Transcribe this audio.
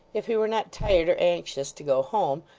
if he were not tired or anxious to go home,